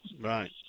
right